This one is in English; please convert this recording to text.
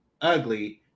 ugly